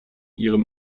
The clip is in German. ihrem